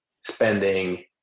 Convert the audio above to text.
spending